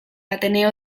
ateneo